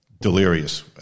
delirious